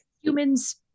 humans